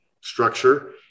structure